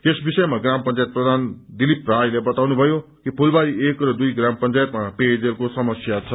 यस विषयमा ग्राम पंचायत प्रधान दिलीप रायले बताउनुभयो कि फूलबारी एक र दुइ ग्राम पंचायतमा पेयजलको समस्या छ